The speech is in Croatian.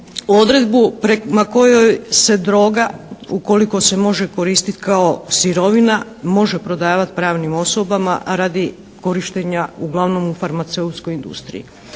odredbu prema kojoj se droga ukoliko se može koristit kao sirovina, može prodavati pravnim osobama a radi korištenja uglavnom u farmaceutskoj industriji.